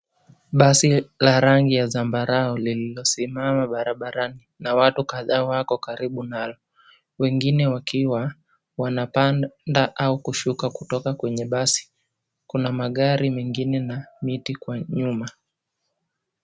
Basi la rangi ya zambarau lililosimama barabarani na watu kadhaa wako karibu nalo, wengine wakiwa wanapanda au kushuka kwenye basi. Kuna magari mengine na miti kwa nyuma.